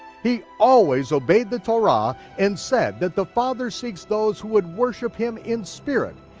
he always obeyed the torah and said that the father seeks those who would worship him in spirit,